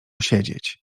siedzieć